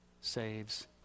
saves